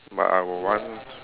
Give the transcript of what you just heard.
but I would want